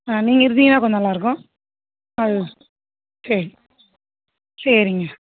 நீங்கள் இருந்தீங்கன்னால் கொஞ்சம் நல்லாயிருக்கும் அது சரி சரிங்க